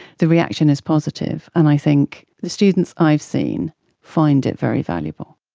the reaction is positive. and i think the students i've seen find it very valuable.